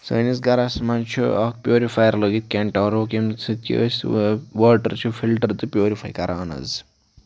سٲنِس گرَس منٛز چھُ اَکھ پیوٗرِفایر لٲگِتھ کٮ۪نٛٹ آر او ییٚمہِ سۭتۍ چھِ أسۍ واٹَر چھِ فِلٹر تہٕ پیوٗرِفاے کَران حظ